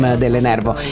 dell'Enervo